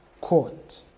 court